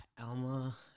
Alma